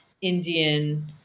Indian